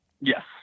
Yes